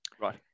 Right